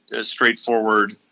straightforward